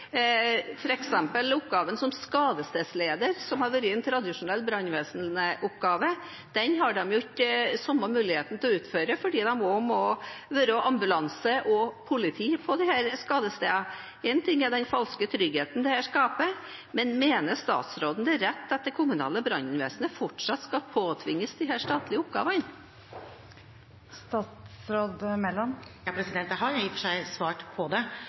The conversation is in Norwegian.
oppgaven som skadestedsleder, som har vært en tradisjonell brannvesenoppgave; den har jo ikke brannvesenet samme mulighet til å utføre fordi de også må være ambulanse og politi på skadestedene. Én ting er den falske tryggheten dette skaper, men mener statsråden det er rett at det kommunale brannvesenet fortsatt skal påtvinges disse statlige oppgavene? Jeg har i og for seg svart på det.